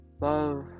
love